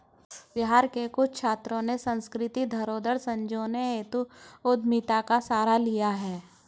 बिहार के कुछ छात्रों ने सांस्कृतिक धरोहर संजोने हेतु उद्यमिता का सहारा लिया है